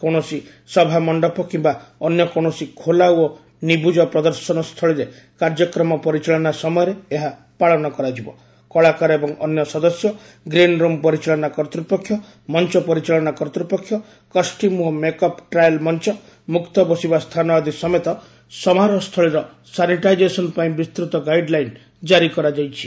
କୌଣସି ସଭାମଣ୍ଡପ କିମ୍ବା ଅନ୍ୟ କୌଣସି ଖୋଲା ଓ ନିବୁଜ ପ୍ରଦର୍ଶନସ୍ଥଳୀରେ କାର୍ଯ୍ୟକ୍ରମ ପରିଚାଳନା ସମୟରେ ଏହା ପାଳନ କରାଯିବା କଳାକାର ଏବଂ ଅନ୍ୟ ସଦସ୍ୟ ଗ୍ରୀନ ରୁମ ପରିଚାଳନା କର୍ତ୍ତ୍ ପକ୍ଷମଞ୍ଚ ପରିଚାଳନା କର୍ତ୍ତ୍ ପକ୍ଷ କଷ୍ଟ୍ୟୁମ ଓ ମେକଅପ ଟ୍ରାଏଲ ମଞ୍ଚ ମୁକ୍ତ ବସିବା ସ୍ଥାନ ଆଦି ସମେତ ସମାରୋହ ସ୍ଥଳୀର ସାନିଟାଇଜେସନ ପାଇଁ ବିସ୍ତୂତ ଗାଇଡଲାଇନ ଜାରି କରାଯାଇଛି